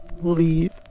leave